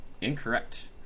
Incorrect